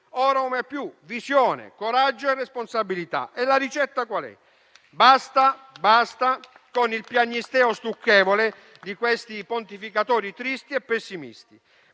Ora o mai più. Visione, coraggio e responsabilità. Qual è la ricetta? Basta con il piagnisteo stucchevole di questi pontificatori tristi e pessimisti.